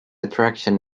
attraction